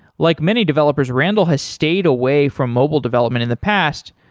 like many developers, randall has stayed away from mobile development in the past,